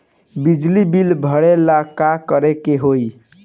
बिजली बिल भरेला का करे के होई?